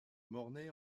mornay